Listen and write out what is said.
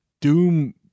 doom